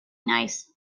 nice